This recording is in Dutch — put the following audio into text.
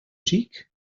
ziek